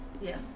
Yes